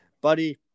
buddy